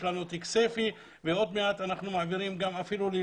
יש לנו את כסייפה ועוד מעט אנחנו מעבירים לראשונה גם לרג'ר